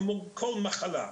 כמו כל מחלה,